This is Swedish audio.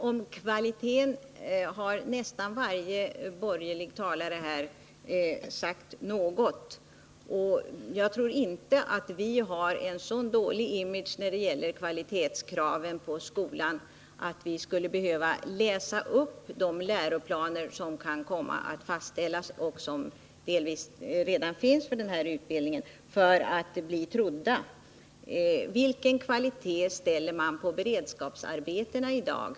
Fru talman! Nästan varje borgerlig talare har berört frågan om kvaliteten. Jag tror inte att vi har en så dålig image när det gäller kvalitetskraven i fråga om utbildningen att vi för att bli trodda på den här punkten behöver läsa upp de kursplaner som kan komma att fastställas eller som delvis redan finns för den här utbildningen. Jag vill fråga: Vilka kvalitetskrav ställer man på beredskapsarbetena i dag?